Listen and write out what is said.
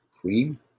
cream